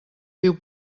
viu